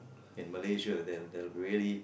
in Malaysia there there there really